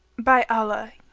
by allah,